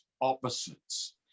opposites